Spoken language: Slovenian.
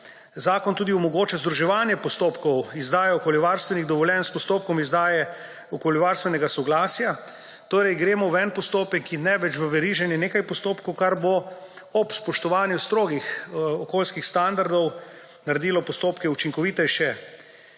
Zakon tudi omogoča združevanje postopkov, izdajo okoljevarstvenih dovoljenj s postopkom izdaje okoljevarstvenega soglasja. Gremo torej v en postopek in ne več v veriženje nekaj postopkov, kar bo ob spoštovanju strogih okoljskih standardov naredilo postopke učinkovitejše.